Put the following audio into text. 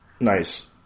Nice